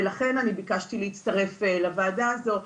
ולכן אני ביקשתי להצטרף לוועדה הזאת.